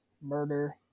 murder